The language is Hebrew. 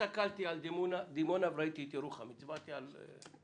את השקפת העולם של רוב יושבי הבית.